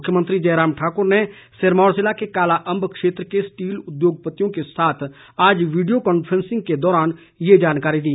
मुख्यमंत्री जयराम ठाकुर ने सिरमौर ज़िले के कालाअंब क्षेत्र के स्टील उद्योगपतियों के साथ आज वीडियो कांफ्रेंसिंग के दौरान ये जानकारी दी